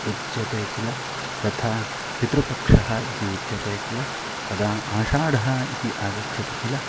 उच्यते किल तथा पितृपक्षः इति उच्यते किल तदा आशाडः इति आगच्छति किल